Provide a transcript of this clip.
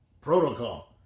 protocol